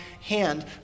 hand